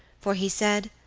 for he said